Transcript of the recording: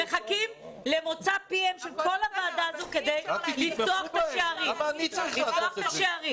ומחכים למוצא פיה של הוועדה הזו ‏כדי לפתוח את השערים.